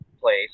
place